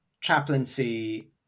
chaplaincy